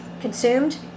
consumed